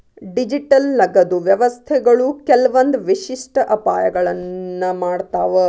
digital ನಗದು ವ್ಯವಸ್ಥೆಗಳು ಕೆಲ್ವಂದ್ ವಿಶಿಷ್ಟ ಅಪಾಯಗಳನ್ನ ಮಾಡ್ತಾವ